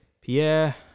Pierre